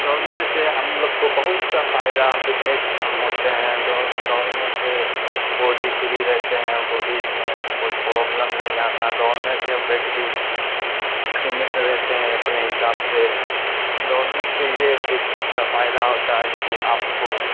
دوڑنے سے ہم لوگ کو بہت سا فائدہ ویکنس کم ہوتے ہیں دوڑنے سے بوڈی فری رہتے ہیں بوڈی میں کوئی پروبلم نہیں آتا ہے دوڑنے سے ویٹ بھی سمت رہتے ہیں اپنے حساب سے دوڑنے سے یہ ایک چیز کا فائدہ ہوتا ہے کہ آپ کو